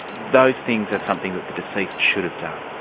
those things are something that the deceased should have done.